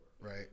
right